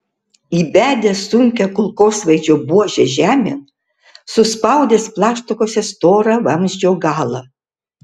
įbedęs sunkią kulkosvaidžio buožę žemėn suspaudęs plaštakose storą vamzdžio galą